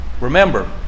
Remember